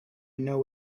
know